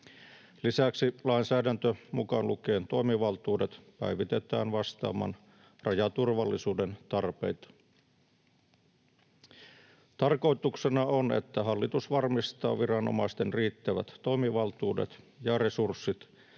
Lisäksi lainsäädäntö, mukaan lukien toimivaltuudet, päivitetään vastaamaan rajaturvallisuuden tarpeita. Tarkoituksena on, että hallitus varmistaa viranomaisten riittävät toimivaltuudet ja resurssit